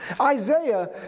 Isaiah